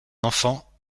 enfant